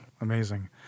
Amazing